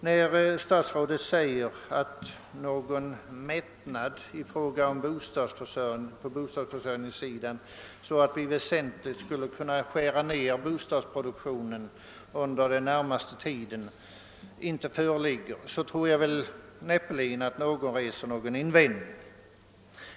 När statsrådet säger att någon mättnad på bostadsförsörjningssidan, så att vi skulle kunna väsentligt skära ned bostadsproduktionen under den närmaste tiden, inte föreligger, tror jag näppeligen att någon reser invändning mot det påståendet.